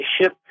ship